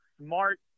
smart